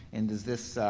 and does this,